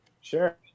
Sure